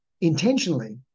intentionally